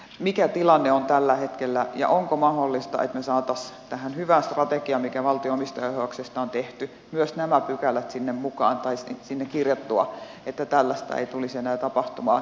mikä tilanne on tällä hetkellä ja onko mahdollista että me saisimme tähän hyvään strategiaan mikä valtion omistaja ohjauksesta on tehty myös nämä pykälät mukaan sinne kirjattua että tällaista ei tulisi enää tapahtumaan